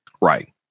Right